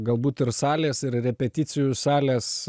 galbūt ir salės ir repeticijų salės